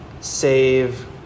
save